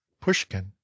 Pushkin